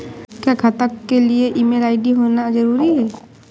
क्या खाता के लिए ईमेल आई.डी होना जरूरी है?